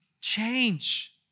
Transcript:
change